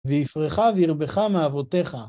‫ויפרחה וירבכה מאבותיך.